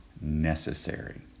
necessary